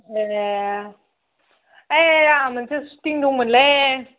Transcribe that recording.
ए ओइ आंहा मोनसे सुटिं दंमोनलै